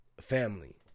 family